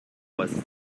was